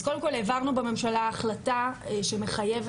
אז קודם כל העברנו בממשלה החלטה שמחייבת